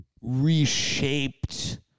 reshaped